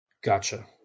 gotcha